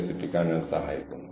ഇപ്പോൾ ഞാൻ ഇത് തുടരും